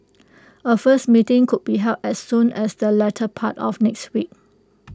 A first meeting could be held as soon as the latter part of next week